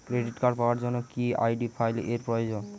Credit card পাওয়ার জন্য কি আই.ডি ফাইল এর প্রয়োজন?